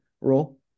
role